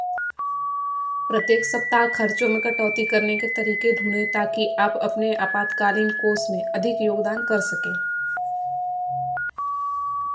प्रत्येक सप्ताह खर्चों में कटौती करने के तरीके ढूँढे ताकि आप अपने आपातकालीन कोष में अधिक योगदान कर सकें